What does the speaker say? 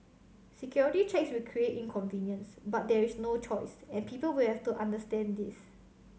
security checks will create inconvenience but there is no choice and people will have to understand this